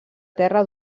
terra